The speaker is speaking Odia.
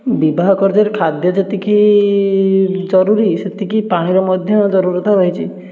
ବିବାହ କାର୍ଯ୍ୟରେ ଖାଦ୍ୟ ଯେତିକି ଜରୁରୀ ସେତିକି ପାଣିର ମଧ୍ୟ ଜରୁରତା ରହିଛି